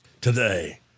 Today